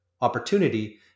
opportunity